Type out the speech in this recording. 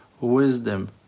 wisdom